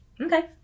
Okay